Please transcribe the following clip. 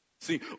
See